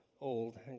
old